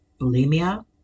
bulimia